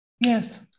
Yes